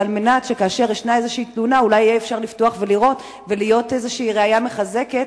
על מנת שכאשר יש תלונה אולי יהיה אפשר לפתוח ושתהיה ראיה מחזקת,